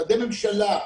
משרדי ממשלה,